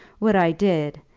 what i did,